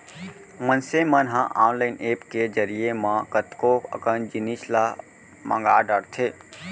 मनसे मन ह ऑनलाईन ऐप के जरिए म कतको अकन जिनिस ल मंगा डरथे